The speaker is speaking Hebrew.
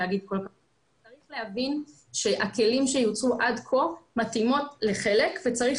צריך להבין שהכלים שיוצרו עד כה מתאימים לחלק וצריך